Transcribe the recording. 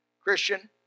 Christian